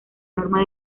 norma